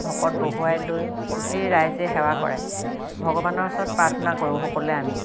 ভকত বহোৱাই লৈ গোটেই ৰাইজে সেৱা কৰে ভগৱানৰ ওচৰত প্ৰাৰ্থনা কৰোঁ সকলোৱে আমি